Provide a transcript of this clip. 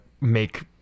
make